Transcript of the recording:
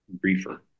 briefer